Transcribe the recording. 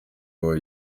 ngo